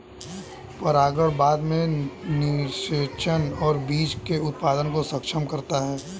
परागण बाद में निषेचन और बीज के उत्पादन को सक्षम करता है